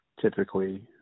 typically